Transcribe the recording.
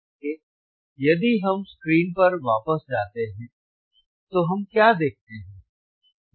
इसलिए यदि हम स्क्रीन पर वापस जाते हैं तो हम क्या देखते हैं